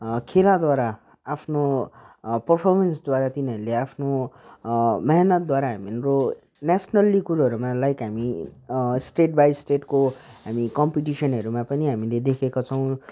खेलाद्वारा आफ्नो पर्फर्मेन्सद्वारा तिनीहरूले आफ्नो मिहिनेतद्वारा हाम्रो नेसनली कुरोहरूमा लाइक हामी स्टेट बाई स्टेटको हामी कम्पिडिसनहरूमा पनि हामीले देखेको छौँ